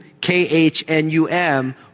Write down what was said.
K-H-N-U-M